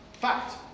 Fact